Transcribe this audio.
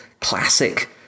classic